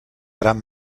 gran